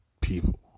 people